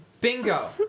Bingo